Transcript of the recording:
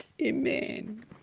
Amen